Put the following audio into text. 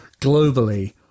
globally